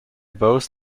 both